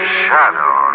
shadow